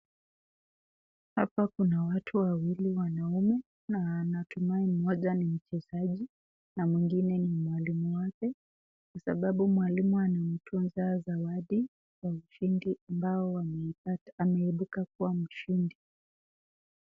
Hapa kuna watu wawili wanauma, natumai moja ni mchezaji, na mwingine ni mwalimu wake, kwa sababu mwalimu anamtunza sawadi wa ushindi ambaye ameibuka kuwa mshindi.